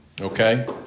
Okay